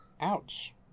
Ouch